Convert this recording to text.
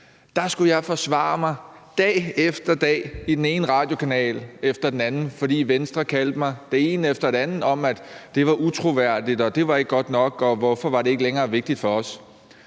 skulle jeg forsvare mig dag efter dag på den ene radiokanal efter den anden, fordi Venstre kaldte mig det ene og det andet og sagde, at det var utroværdigt, og at det ikke var godt nok, og spurgte, hvorfor det ikke længere var vigtigt for os.